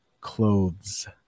Clothes